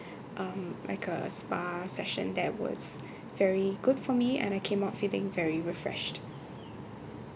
um like a spa session that was very good for me and I came out feeling very refreshed